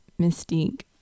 Mystique